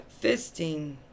Fisting